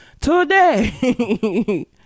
today